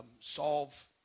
solve